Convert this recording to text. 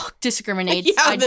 discriminates